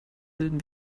bilden